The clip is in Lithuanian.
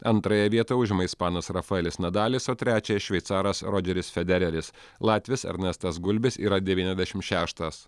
antrąją vietą užima ispanas rafaelis nadalis o trečiąją šveicaras rodžeris federeris latvis ernestas gulbis yra devyniasdešim šeštas